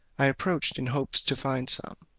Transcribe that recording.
i approached in hopes to find some.